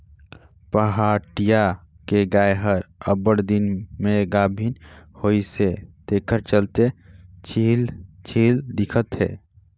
पहाटिया के गाय हर अब्बड़ दिन में गाभिन होइसे तेखर चलते छिहिल छिहिल दिखत हे